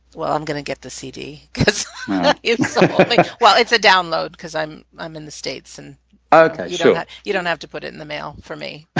well i'm gonna get the cd it's so well it's a download because i'm i'm in the states and okay sure you don't have to put it in the mail for me